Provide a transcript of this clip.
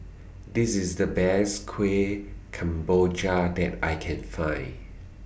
This IS The Best Kueh Kemboja that I Can Find